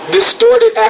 Distorted